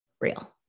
real